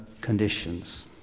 conditions